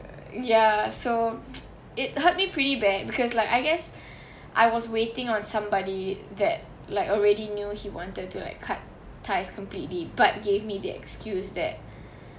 err ya so it hurt me pretty bad because like I guess I was waiting on somebody that like already knew he wanted to like cut ties completely but gave me the excuse that